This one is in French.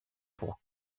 pour